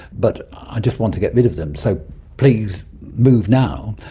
but i just want to get rid of them, so please move now',